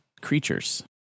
creatures